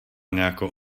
nějakou